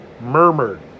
murmured